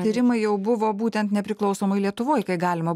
tyrimai jau buvo būtent nepriklausomoj lietuvoj kai galima